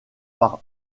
par